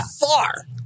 far